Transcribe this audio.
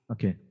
Okay